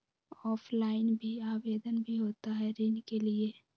Offline भी आवेदन भी होता है ऋण के लिए?